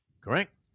Correct